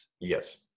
Yes